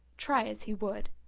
try as he would.